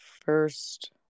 first